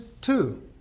two